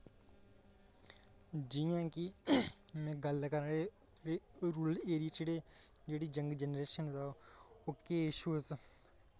जि'यां कि में गल्ल करां ए रुरल एरिये च जेह्ड़ी यंग जनरेशन तां ओ केह् इशू